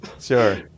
Sure